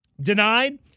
denied